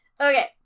Okay